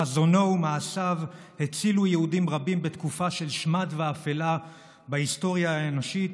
חזונו ומעשיו הצילו יהודים רבים בתקופה של שמד ואפלה בהיסטוריה האנושית,